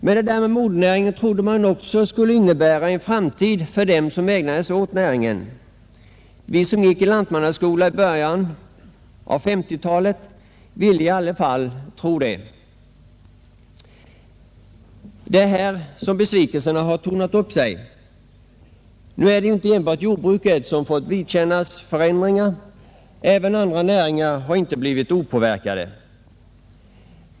Men vi trodde att jordbruket med det där talet om modernäring skulle innebära en framtid för dem som ägnade sig åt näringen. Vi som gick i lantmannaskola i början på 1950-talet ville i alla fall tro det. Det är här som besvikelserna har tornat upp sig. Nu är det ju inte enbart jordbruket som fått vidkännas förändringar — inte heller andra näringar har förblivit opåverkade.